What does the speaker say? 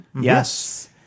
Yes